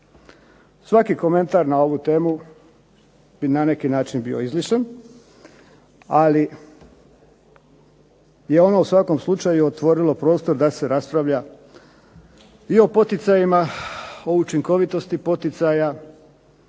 Svaki komentar na ovu temu bi na neki način bio izmišljen, ali je ono u svakom slučaju otvorilo prostor da se raspravlja i o poticajima, o učinkovitosti poticaja